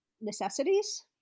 necessities